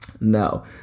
No